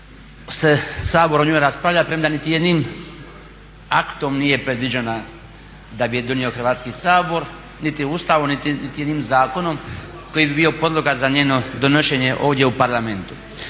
se Sabor o njoj raspravlja, premda niti jednim aktom nije predviđena da bi je donio Hrvatski sabor, niti u Ustavu, niti jednim zakonom koji bi bio podloga za njeno donošenje ovdje u Parlamentu.